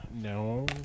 No